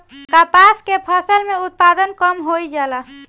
कपास के फसल के उत्पादन कम होइ जाला?